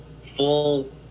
full